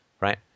Right